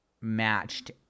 matched